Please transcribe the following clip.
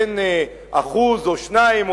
בין 1% או 2%,